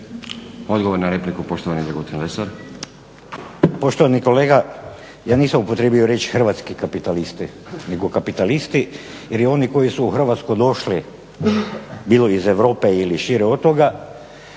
Odgovor na repliku poštovani Dragutin Lesar.